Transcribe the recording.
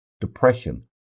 depression